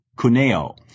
Cuneo